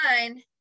nine